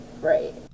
Right